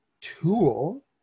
tool